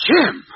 Jim